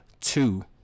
two